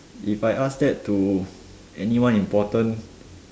if I ask that to anyone important